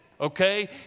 okay